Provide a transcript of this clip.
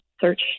search